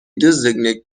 designate